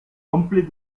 ompli